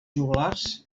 joglars